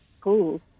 cool